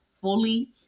fully